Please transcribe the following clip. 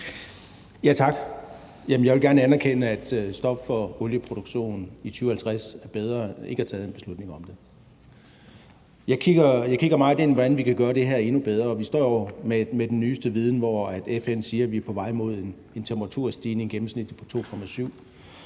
Tak. Jeg vil gerne anerkende, at et stop for olieproduktionen i 2050 er bedre end ikke at tage en beslutning om det. Jeg kigger meget ind i, hvordan vi kan gøre det her endnu bedre. Vi står jo med den nyeste viden, hvor FN siger, at vi er på vej mod en temperaturstigning, gennemsnitlig på 2,7